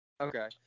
Okay